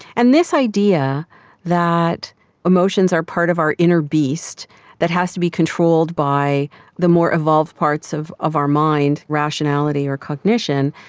and this idea that emotions are part of our inner beast that has to be controlled by the more evolved parts of of our mind, rationality or cognition,